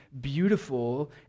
beautiful